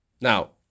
Now